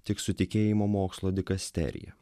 tik su tikėjimo mokslo dikasterija